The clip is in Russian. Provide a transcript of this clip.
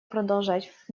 продолжать